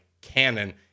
canon